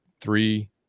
three